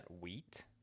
wheat